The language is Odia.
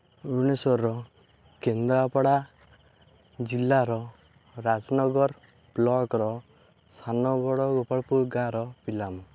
ଭୁବନେଶ୍ୱରର କେନ୍ଦ୍ରାପଡ଼ା ଜିଲ୍ଲାର ରାଜନଗର ବ୍ଲକ୍ର ସାନଗଡ଼ ଗୋପାଳପୁର ଗାଁର ପିଲା ମୁଁ